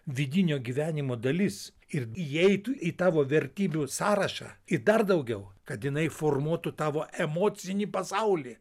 vidinio gyvenimo dalis ir įeitų į tavo vertybių sąrašą ir dar daugiau kad jinai formuotų tavo emocinį pasaulį